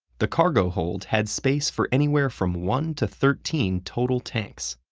the cargo hold had space for anywhere from one to thirteen total tanks.